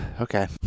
Okay